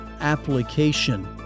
application